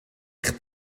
eich